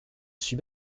suis